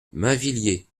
mainvilliers